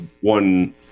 one